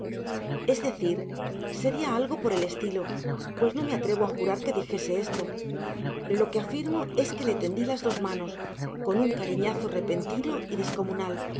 es decir sería algo por el estilo pues no me atrevo a jurar que dijese esto lo que afirmo es que le tendí las dos manos con un cariñazo repentino y descomunal